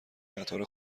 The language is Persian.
قطار